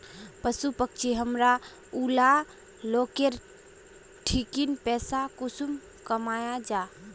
पशु पक्षी हमरा ऊला लोकेर ठिकिन पैसा कुंसम कमाया जा?